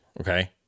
Okay